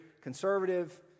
conservative